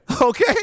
Okay